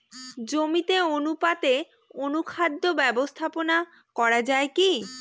জমিতে অনুপাতে অনুখাদ্য ব্যবস্থাপনা করা য়ায় কি?